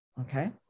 okay